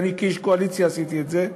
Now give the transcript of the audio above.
ואני כאיש קואליציה עשיתי את זה,